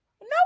No